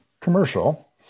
commercial